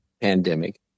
pandemic